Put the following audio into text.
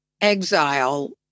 exile